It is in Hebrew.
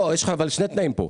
לא יש לך אבל שני תנאים פה,